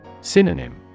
Synonym